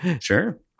Sure